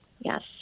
Yes